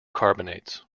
carbonates